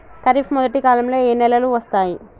ఖరీఫ్ మొదటి కాలంలో ఏ నెలలు వస్తాయి?